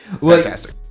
fantastic